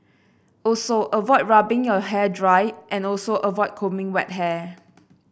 also avoid rubbing your hair dry and also avoid combing wet hair